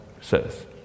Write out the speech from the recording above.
says